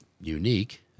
unique